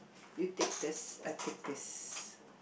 you take this I take this